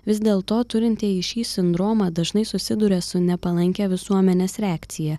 vis dėlto turintieji šį sindromą dažnai susiduria su nepalankia visuomenės reakcija